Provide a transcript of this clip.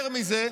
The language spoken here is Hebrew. יותר מזה,